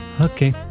Okay